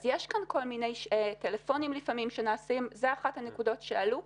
לפעמים נעשים טלפונים אבל זו אחת הנקודות שעלתה.